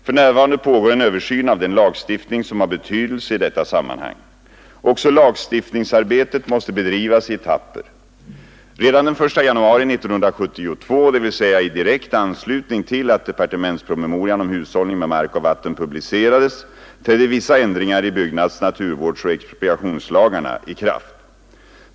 För närvarande pågår en översyn av den lagstiftning som har betydelse i detta sammanhang. Också lagstiftningsarbetet måste bedrivas i etapper. Redan den 1 januari 1972, dvs. i direkt anslutning till att departementspromemorian om hushållning med mark och vatten publicerades, trädde vissa ändringar i byggnads-, naturvårdsoch expropriationslagarna i kraft.